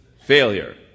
failure